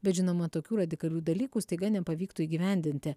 bet žinoma tokių radikalių dalykų staiga nepavyktų įgyvendinti